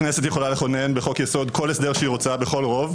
הכנסת יכולה לכונן בחוק-יסוד כל הסדר שהיא רוצה בכל רוב,